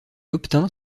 obtint